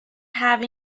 have